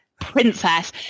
princess